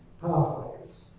pathways